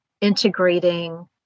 integrating